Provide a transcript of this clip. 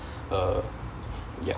uh ya